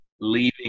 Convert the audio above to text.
leaving